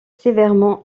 sévèrement